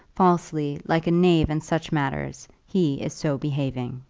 falsely, like a knave in such matters, he is so behaving.